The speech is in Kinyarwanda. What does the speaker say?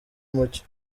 umucyo